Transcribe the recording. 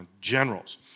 generals